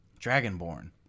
dragonborn